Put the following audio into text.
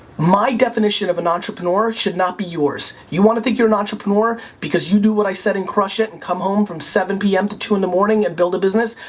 my definition of an entrepreneur should not be yours. you want to think you're an entrepreneur because you do what i said in crush it, and come home from pm to two in the morning and built a business?